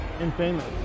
infamous